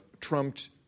trumped